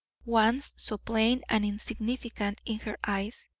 once so plain and insignificant in her eyes,